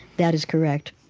that is correct.